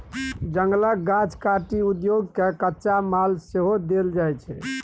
जंगलक गाछ काटि उद्योग केँ कच्चा माल सेहो देल जाइ छै